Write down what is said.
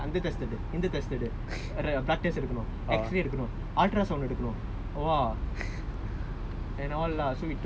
gastric problem சொல்லிட்டு அங்கே போனோனா அங்கே அந்த:sollittu angae pononaa angae antha test எடு இந்த:edu intha test எடு:edu blood test எடுக்கனும்:etukkanum X ray எடுக்கனும்:etukkanum ultrasound எடுக்கனும்:etukkanum !wah!